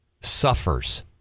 suffers